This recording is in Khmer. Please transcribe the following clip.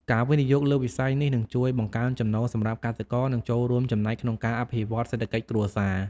ការវិនិយោគលើវិស័យនេះនឹងជួយបង្កើនចំណូលសម្រាប់កសិករនិងចូលរួមចំណែកក្នុងការអភិវឌ្ឍសេដ្ឋកិច្ចគ្រួសារ។